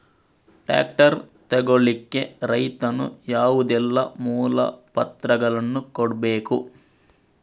Tractor ತೆಗೊಳ್ಳಿಕೆ ರೈತನು ಯಾವುದೆಲ್ಲ ಮೂಲಪತ್ರಗಳನ್ನು ಕೊಡ್ಬೇಕು?